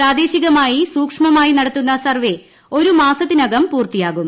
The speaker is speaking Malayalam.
പ്രാദേശികമായി സൂക്ഷ്മമായി നടത്തുന്ന സർവ്വെ ഒരു മാസത്തിനകം പൂർത്തിയാകും